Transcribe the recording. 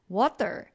water